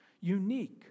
unique